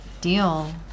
Deal